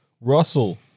Russell